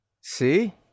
See